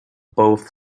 both